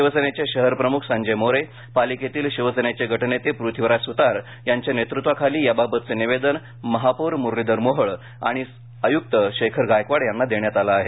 शिवसेनेचे शहरप्रमुख संजय मोरे पालिकेतील शिवसेनेचे गटनेते पृथ्वीराज सुतार यांच्या नेतृत्वाखाली याबाबतचे निवेदन महापौर मुरलीधर मोहोळ आणि आयुक्त शेखर गायकवाड देण्यात आलं आहे